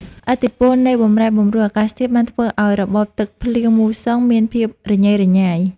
ឥទ្ធិពលនៃបម្រែបម្រួលអាកាសធាតុបានធ្វើឱ្យរបបទឹកភ្លៀងមូសុងមានភាពរញ៉េរញ៉ៃ។